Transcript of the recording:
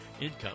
income